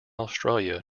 australia